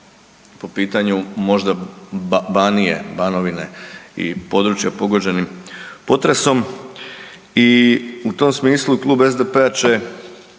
po pitanju možda Banije, Banovine i područja pogođenih potresom. I u tom smislu Klub SDP-a će